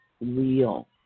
real